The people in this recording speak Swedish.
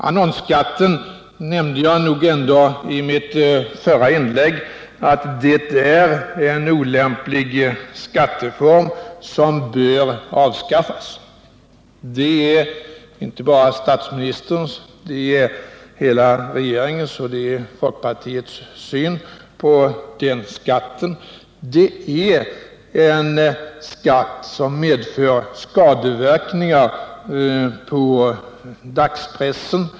Jag sade beträffande annonsskatten i mitt förra inlägg att den är en olämplig skatteform, som bör avskaffas. Det är inte bara statsministerns utan hela regeringens och folkpartiets syn på den skatten. Det är en skatt som har skadeverkningar på dagspressen.